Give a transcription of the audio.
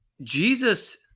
Jesus